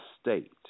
state